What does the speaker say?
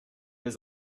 has